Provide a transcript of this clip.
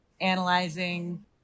analyzing